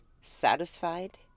satisfied